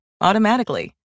automatically